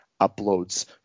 uploads